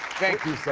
thank you. so